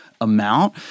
Amount